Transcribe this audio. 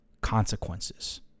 consequences